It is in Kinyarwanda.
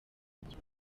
gukunda